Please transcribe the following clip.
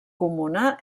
comuna